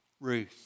Ruth